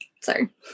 Sorry